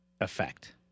effect